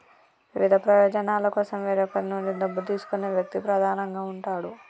వివిధ ప్రయోజనాల కోసం వేరొకరి నుండి డబ్బు తీసుకునే వ్యక్తి ప్రధానంగా ఉంటాడు